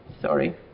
sorry